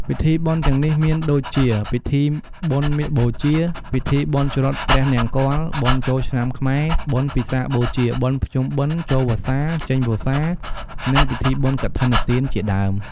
ពិធីបុណ្យទាំងនេះមានដូចជា ពិធីបុណ្យមាឃបូជា ពីធីបុណ្យច្រត់ព្រះនង្គ័ល បុណ្យចូលឆ្នាំខ្មែរ បុណ្យពិសាខបូជា បុណ្យភ្នំបិណ្ឌ ចូលវស្សា ចេញវស្សា និងពិធីបុណ្យកឋិនទានជាដើម។